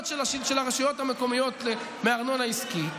של הרשויות המקומיות מארנונה עסקית,